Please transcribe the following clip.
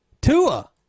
Tua